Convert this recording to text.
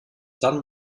dann